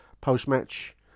post-match